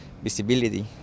visibility